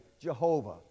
Jehovah